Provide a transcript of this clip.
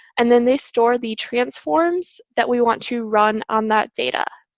and then they store the transforms that we want to run on that data.